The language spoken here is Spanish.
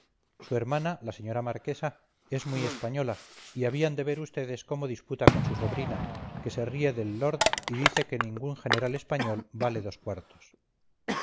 su hermana la señora marquesa es muy española y habían de ver ustedes cómo disputa con su sobrina que se ríe del lord y dice que ningún general español vale dos cuartos